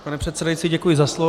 Pane předsedající, děkuji za slovo.